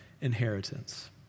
inheritance